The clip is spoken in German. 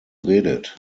redet